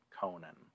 Conan